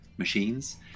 machines